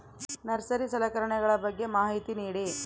Nursery ಸಲಕರಣೆಗಳ ಬಗ್ಗೆ ಮಾಹಿತಿ ನೇಡಿ?